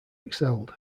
excelled